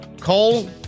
Cole